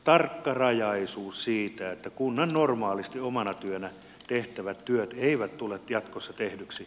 tarkkarajaisuus siitä että kunnan normaalisti omana työnä tehtävät työt eivät tule jatkossa tehdyksi